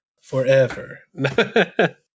Forever